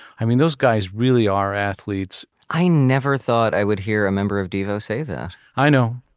i mean those guys really are athletes. i never thought i would hear a member of devo say that i know.